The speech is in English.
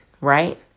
right